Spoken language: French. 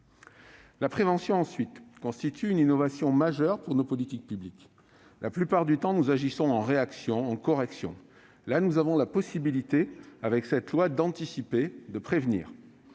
La prévention, ensuite, constitue une innovation majeure pour nos politiques publiques. La plupart du temps, nous agissons en réaction, en correction. Là, nous avons la possibilité avec cette loi d'anticiper, de prévenir.